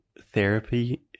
therapy